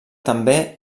també